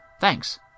Thanks